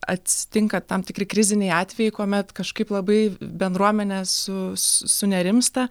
atsitinka tam tikri kriziniai atvejai kuomet kažkaip labai bendruomenė su su sunerimsta